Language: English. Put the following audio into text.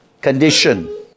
condition